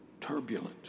turbulent